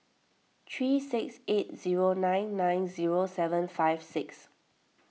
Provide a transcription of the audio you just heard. three six eight zero nine nine zero seven five six